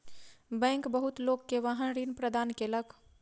bank बहुत लोक के वाहन ऋण प्रदान केलक